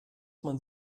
man